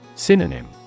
Synonym